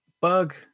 bug